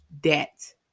Debt